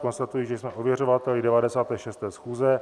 Konstatuji, že jsme ověřovateli 96. schůze